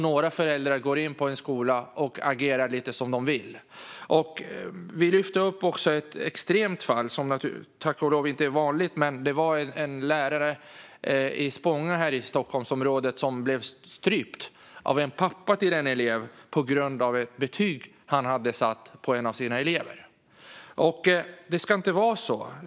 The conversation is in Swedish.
Några föräldrar går in på skolan och agerar lite som de vill. Det finns också ett extremfall som har tagits upp. Tack och lov är det inget som är vanligt, men det var en lärare i Spånga här i Stockholmsområdet som blev strypt av en pappa till en elev på grund av ett betyg som han hade satt. Det ska inte vara så!